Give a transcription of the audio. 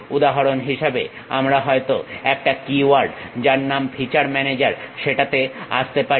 উদাহরণ হিসেবে আমরা হয়তো একটা কীওয়ার্ড যার নাম ফিচার ম্যানেজার সেটাতে আসতে পারি